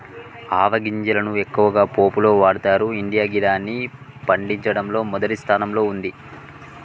ఆవ గింజలను ఎక్కువగా పోపులో వాడతరు ఇండియా గిదాన్ని పండించడంలో మొదటి స్థానంలో ఉంది